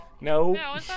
No